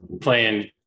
Playing